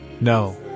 No